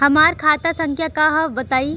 हमार खाता संख्या का हव बताई?